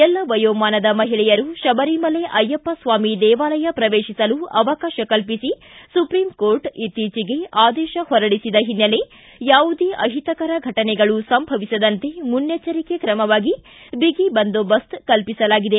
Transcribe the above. ಎಲ್ಲ ವಯೋಮಾನದ ಮಹಿಳೆಯರು ಶಬರಿಮಲೆ ಅಯ್ಕಪ್ಪ ಸ್ವಾಮಿ ದೇವಾಲಯ ಪ್ರವೇಶಿಸಲು ಅವಕಾಶ ಕಲ್ಪಿಸಿ ಸುಪ್ರೀಂ ಕೋರ್ಟ್ ಇಕ್ತೀಚಿಗೆ ಆದೇಶ ಹೊರಡಿಸಿದ ಹಿನ್ನೆಲೆ ಯಾವುದೇ ಅಹಿತಕರ ಘಟನೆಗಳು ಸಂಭವಿಸದಂತೆ ಮುನ್ನೆಚರಿಕೆ ಕ್ರಮವಾಗಿ ಬಿಗಿ ಬಂದೋಬಸ್ತ್ ಕಲ್ಪಿಸಲಾಗಿದೆ